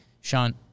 Sean